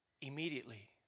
immediately